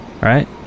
right